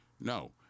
No